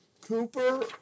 Cooper